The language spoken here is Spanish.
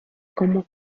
cómo